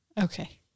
Okay